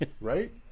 Right